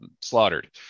slaughtered